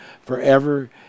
forever